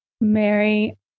mary